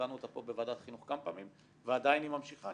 הוקענו אותה פה בוועדת החינוך כמה פעמים ועדיין היא ממשיכה.